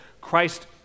christ